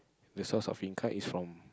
the source of income is from